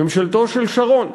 ממשלתו של שרון.